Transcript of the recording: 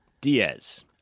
Diaz